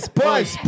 boys